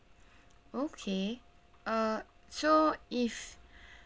okay uh so if